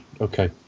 okay